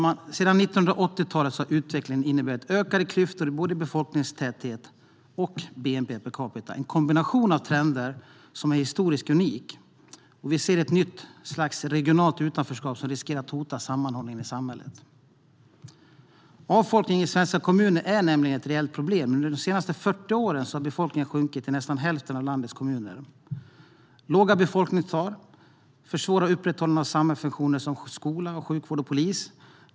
Sedan 1980-talet har utvecklingen inneburit ökade klyftor i både befolkningstäthet och bnp per capita, en kombination av trender som är historiskt unik. Vi ser ett nytt slags regionalt utanförskap som riskerar att hota sammanhållningen i samhället. Avfolkningen i svenska kommuner är nämligen ett reellt problem. Under de senaste 40 åren har befolkningen sjunkit i nästan hälften av landets kommuner. Låga befolkningstal försvårar upprätthållandet av samhällsfunktioner som skola, sjukvård och polis.